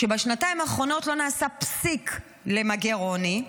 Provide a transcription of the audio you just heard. שבשנתיים האחרונות לא נעשה פסיק למגר עוני,